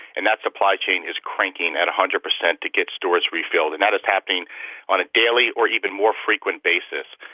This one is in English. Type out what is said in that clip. and that supply chain is cranking at one hundred percent to get stores refilled. and that is happening on a daily, or even more frequent, basis.